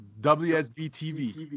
WSB-TV